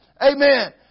Amen